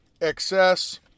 excess